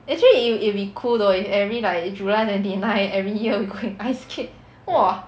actually it'll it'll be cool though if every like july twenty nine every year we go and ice skate !wah!